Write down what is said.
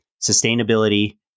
sustainability